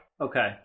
Okay